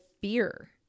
fear